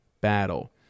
battle